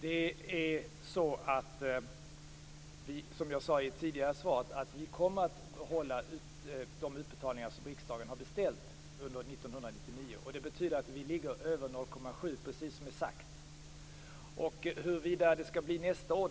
Fru talman! Som jag sade i det tidigare svaret kommer vi att göra de utbetalningar som riksdagen har beställt under 1999. Det betyder att vi ligger över 0,7 %, precis som är sagt. På frågan om hur det skall bli nästa år